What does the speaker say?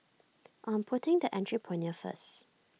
I'm putting the Entrepreneur First